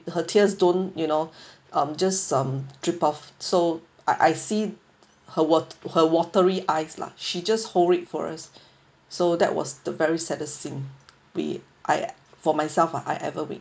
her tears don't you know um just some drip off so I I see her wa~ her watery eyes lah she just hold it for us so that was the very saddest thing we I for myself ah I ever with